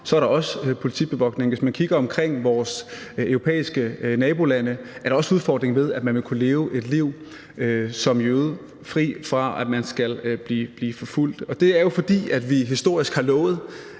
er der også politibevogtning. Hvis man kigger sig omkring i vores europæiske nabolande, er der også en udfordring ved at kunne leve et liv som jøde fri fra, at man skal blive forfulgt. Det er jo, fordi vi historisk har lovet,